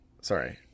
Sorry